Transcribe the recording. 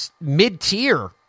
mid-tier